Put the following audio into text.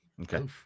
Okay